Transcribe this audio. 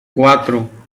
cuatro